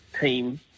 team